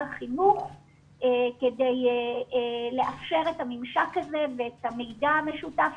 החינוך כדי לאפשר את הממשק הזה ואת המידע המשותף